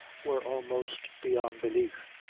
were almost beyond belief.